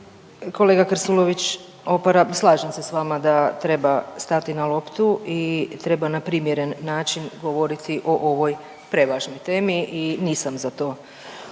Kolega Krstulović Opara, slažem se s vama da treba stati na loptu i treba na primjeren način govoriti o ovoj prevažnoj temi i nisam za to da